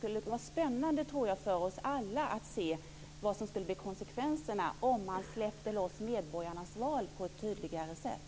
Jag tror att det skulle vara spännande för oss alla att se vilka konsekvenserna skulle bli om man släppte loss medborgarnas val på ett tydligare sätt.